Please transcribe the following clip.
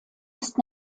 ist